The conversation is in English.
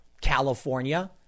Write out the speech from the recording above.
California